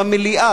במליאה,